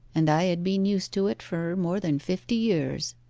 and i had been used to it for more than fifty years.